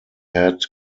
had